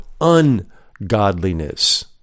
ungodliness